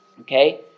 okay